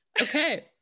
Okay